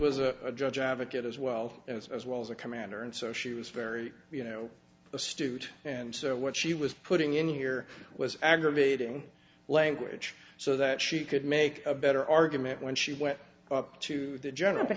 was a judge advocate as well as as well as a commander and so she was very you know a stooge and so what she was putting in here was aggravating language so that she could make a better argument when she went up to the general but